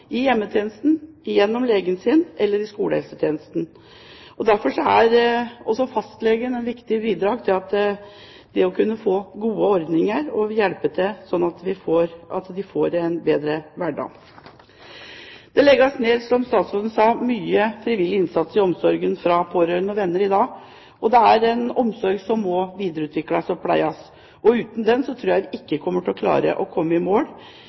gjennom hjemmetjenesten, legen eller gjennom skolehelsetjenesten. Derfor er også fastlegens kunnskap et viktig bidrag for å kunne få gode ordninger og hjelpe til, slik at de får en bedre hverdag. Som statsråden sa, legges det ned mye frivillig innsats i omsorgen fra pårørende og venner i dag. Dette er en omsorg som må videreutvikles og pleies. Uten den tror jeg ikke vi klarer å komme i mål,